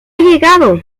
llegado